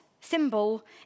symbol